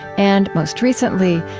and, most recently,